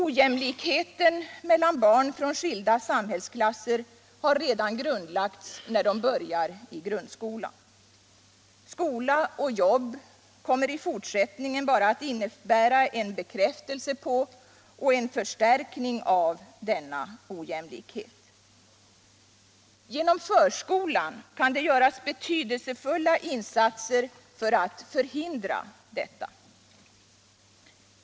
Ojämlikheten mellan barn från skilda samhällsklasser har redan grundlagts när de börjar i grundskolan. Skola och jobb kommer i fortsättningen bara att innebära en bekräftelse på och en förstärkning av denna ojämlikhet. Genom förskolan kan betydelsefulla insatser göras för att förhindra detta.